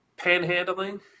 Panhandling